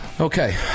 Okay